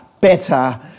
better